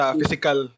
physical